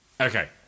okay